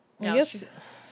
Yes